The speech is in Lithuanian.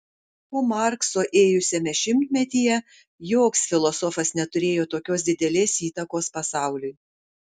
po markso ėjusiame šimtmetyje joks filosofas neturėjo tokios didelės įtakos pasauliui